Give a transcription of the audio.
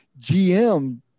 GM